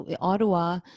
Ottawa